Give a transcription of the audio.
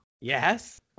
Yes